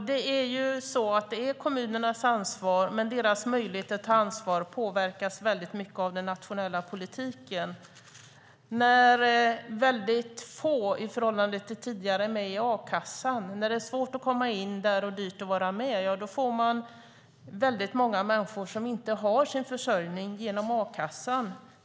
Herr talman! Det är kommunernas ansvar, men deras möjlighet att ta ansvar påverkas väldigt mycket av den nationella politiken. När väldigt få i förhållande till tidigare är med i a-kassan, när det är svårt att komma in där och dyrt att vara med, får man väldigt många människor som inte har sin försörjning genom a-kassan.